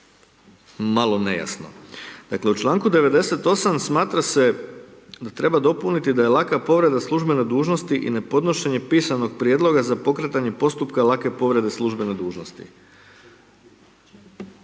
malo nejasno. Dakle u članku 98. smatra se da treba dopuniti da je laka povreda službene dužnosti i ne podnošenje pisanog prijedloga za pokretanje postupka lake povrede službene dužnosti.